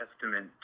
testament